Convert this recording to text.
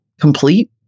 complete